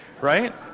right